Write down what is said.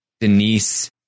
Denise